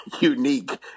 unique